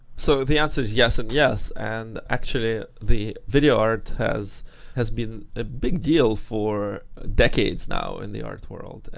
so the answer is yes and yes, and actually ah the video art has has been a big deal for decades now in the art world.